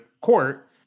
court